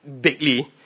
bigly